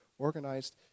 Organized